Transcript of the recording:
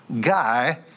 guy